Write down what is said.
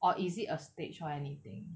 or is it a stage or anything